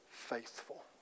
faithful